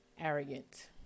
arrogant